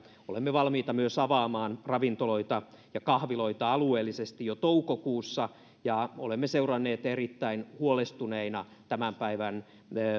olemme valmiita myös avaamaan ravintoloita ja kahviloita alueellisesti jo toukokuussa ja olemme seuranneet erittäin huolestuneina tämän päivän